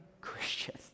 Christian